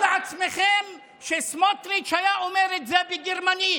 תארו לעצמכם שסמוטריץ' היה אומר את זה בגרמנית,